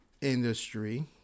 industry